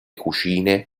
cucine